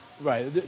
Right